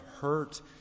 hurt